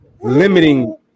limiting